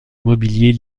mobilier